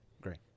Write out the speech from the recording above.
Great